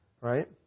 Right